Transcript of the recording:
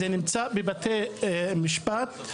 זה נמצא בבתי משפט.